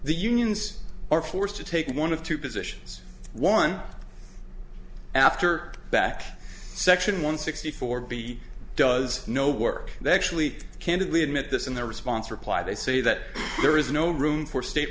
the unions are forced to take one of two positions one after back section one sixty four b does no work they actually candidly admit this in their response reply they say that there is no room for state